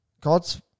god's